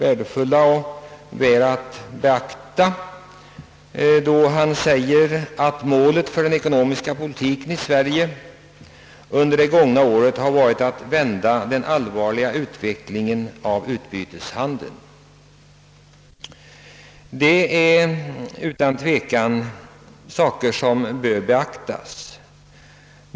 Han har där bl.a. uttalat att målet för den ekonomiska politiken i Sverige under det gångna året varit att vända den allvarliga utvecklingen av bytesbalansen. Det är utan tvivel något som bör beaktas.